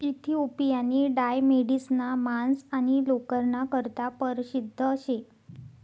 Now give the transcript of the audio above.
इथिओपियानी डाय मेढिसना मांस आणि लोकरना करता परशिद्ध शे